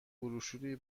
بروشوری